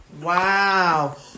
Wow